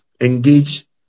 engage